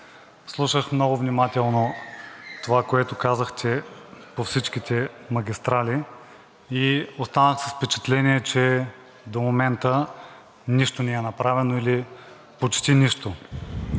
слушах много внимателно това, което казахте по всичките магистрали, и останах с впечатление, че до момента нищо не е направено или почти нищо.